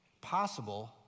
possible